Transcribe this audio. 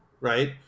right